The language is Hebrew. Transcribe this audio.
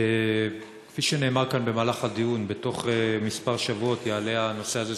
כפי שנאמר כאן בדיון: בתוך כמה שבועות יעלה הנושא הזה,